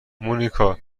مونیکا